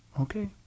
Okay